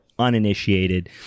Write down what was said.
Uninitiated